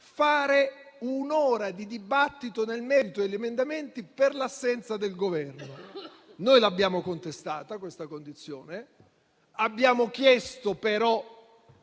fare un'ora di dibattito nel merito degli emendamenti, per l'assenza del Governo. Noi abbiamo contestato questa condizione e abbiamo chiesto -